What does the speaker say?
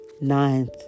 Ninth